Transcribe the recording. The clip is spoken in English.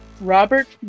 Robert